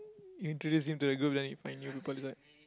introduce him to the group then you find new people inside